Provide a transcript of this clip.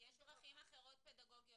יש דרכים אחרות, פדגוגיות.